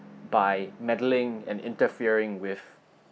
by meddling and interfering with